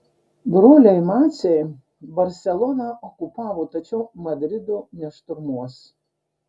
broliai maciai barseloną okupavo tačiau madrido nešturmuos